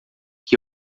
que